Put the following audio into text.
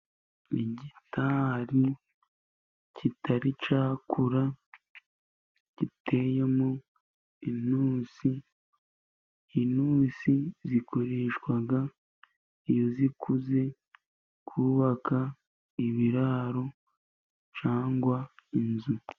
Igitari kitari cyakura, giteyemo intusi. Intusi zikoreshwa iyo zikuze kubaka ibiraro cangwa inzu.